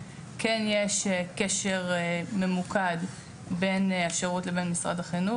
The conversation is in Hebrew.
כן יש קשר ממוקד בין השירות לבין משרד החינוך,